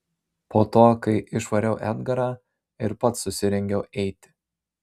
po to kai išvariau edgarą ir pats susirengiau eiti